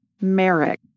Merrick